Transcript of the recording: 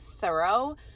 thorough